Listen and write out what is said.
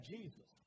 Jesus